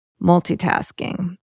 multitasking